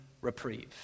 reprieve